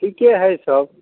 ठिके हइ सब